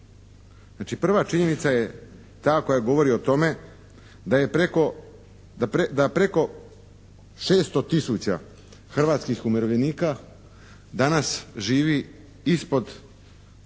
prva činjenica je ta koja govori o tome da je preko 600 tisuća hrvatskih umirovljenika danas živi ispod